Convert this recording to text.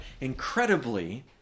incredibly